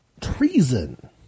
Treason